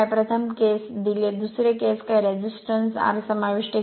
प्रथम केस दिले दुसरे केस काही रेझिस्टन्स R समाविष्ट केले